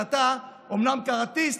אתה אומנם קראטיסט,